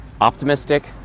optimistic